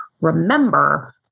remember